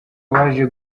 baje